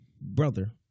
brother